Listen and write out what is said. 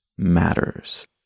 matters